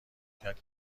کرد